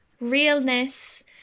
realness